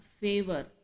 favor